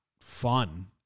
fun